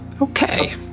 Okay